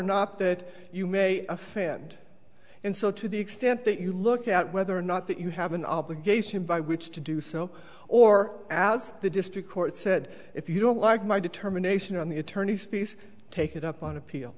not that you may offend and so to the extent that you look at whether or not that you have an obligation by which to do so or as the district court said if you don't like my determination on the attorneys piece take it up on appeal